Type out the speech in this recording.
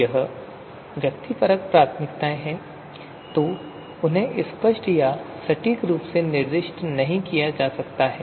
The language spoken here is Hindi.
यदि व्यक्तिपरक प्राथमिकताएं हैं तो उन्हें स्पष्ट या सटीक रूप से निर्दिष्ट नहीं किया जा सकता है